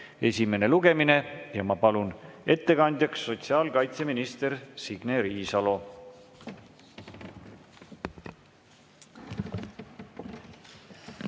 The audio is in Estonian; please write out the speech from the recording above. esimene lugemine. Ma palun ettekandjaks sotsiaalkaitseminister Signe Riisalo.